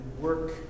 work